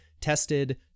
tested